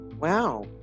wow